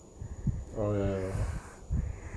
oh ya ya